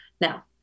Now